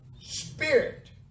spirit